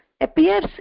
appears